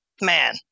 man